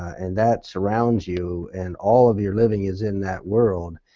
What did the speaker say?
and that surrounds you, and all of your living is in that world